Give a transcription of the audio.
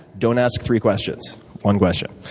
don't ask three questions one question.